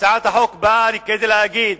הצעת החוק באה כדי להגיד: